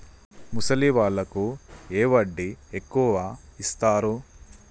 ముసలి వాళ్ళకు ఏ వడ్డీ ఎక్కువ ఇస్తారు?